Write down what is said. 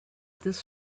this